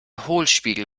hohlspiegel